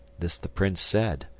this the prince said,